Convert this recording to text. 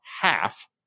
half